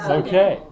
okay